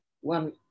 one